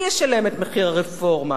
מי ישלם את מחיר הרפורמה?